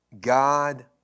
God